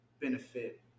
benefit